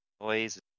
noise